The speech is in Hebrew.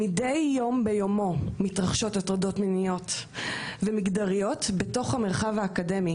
מדי יום ביומו מתרחשות הטרדות מיניות ומגדריות בתוך המרחב האקדמי